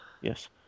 Yes